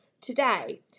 today